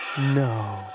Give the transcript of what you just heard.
No